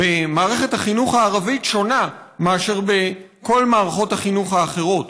במערכת החינוך הערבית שונה מאשר בכל מערכות החינוך האחרות,